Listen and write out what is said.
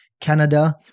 Canada